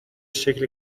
شکل